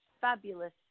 fabulous